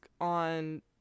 on